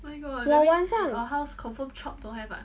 我晚上